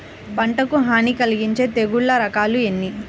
పంటకు హాని కలిగించే తెగుళ్ళ రకాలు ఎన్ని?